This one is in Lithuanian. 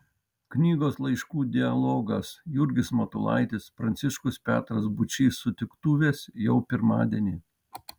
knygos laiškų dialogas jurgis matulaitis pranciškus petras būčys sutiktuvės jau pirmadienį